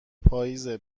پاییزه